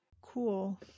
Cool